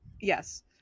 Yes